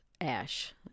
Ash